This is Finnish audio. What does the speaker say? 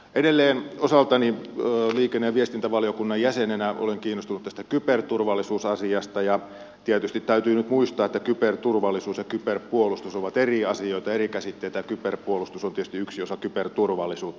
edelleen osaltani liikenne ja viestintävaliokunnan jäsenenä olen kiinnostunut tästä kyberturvallisuusasiasta ja tietysti täytyy nyt muistaa että kyberturvallisuus ja kyberpuolustus ovat eri asioita ja eri käsitteitä ja kyberpuolustus on tietysti yksi osa kyberturvallisuutta